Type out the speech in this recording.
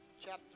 chapter